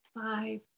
five